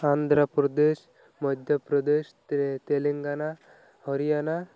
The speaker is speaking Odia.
ଆନ୍ଧ୍ରପ୍ରଦେଶ ମଧ୍ୟପ୍ରଦେଶ ତେଲେଙ୍ଗାନା ହରିୟାନା